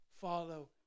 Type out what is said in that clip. follow